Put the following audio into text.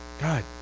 God